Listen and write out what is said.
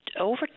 over